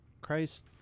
Christ